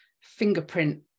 fingerprint